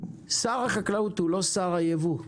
שר החקלאות הוא לא שר הייבוא,